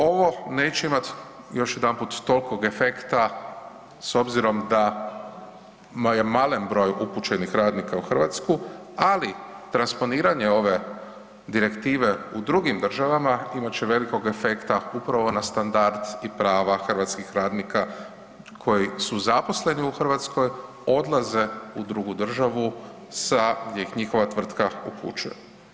Ovo neće imat još jedanput tolikog efekta s obzirom da je malen broj upućenih radnika u Hrvatsku, ali transponiranje ove direktive u drugim državama imat će velikog efekta upravo na standard i prava hrvatskih radnika koji su zaposleni u Hrvatskoj odlaze u drugu državu sa, gdje ih njihova tvrtka upućuje.